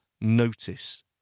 notice